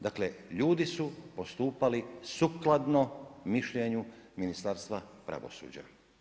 Dakle, ljudi su postupali sukladno mišljenju Ministarstva pravosuđa.